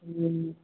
हूँ